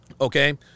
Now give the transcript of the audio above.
Okay